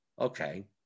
Okay